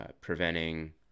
preventing